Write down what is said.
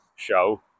show